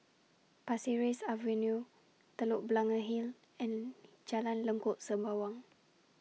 Pasir Ris Avenue Telok Blangah Hill and Jalan Lengkok Sembawang